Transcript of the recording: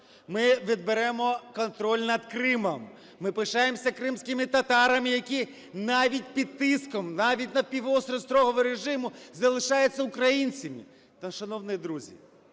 Ми відберемо контроль над Кримом. Ми пишаємося кримськими татарами, які навіть під тиском, навіть на півострові строгого режиму залишаються українцями.